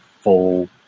full